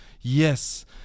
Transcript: yes